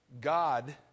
God